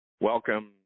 welcome